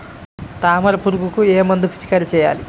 తామర పురుగుకు ఏ మందు పిచికారీ చేయాలి?